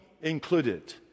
included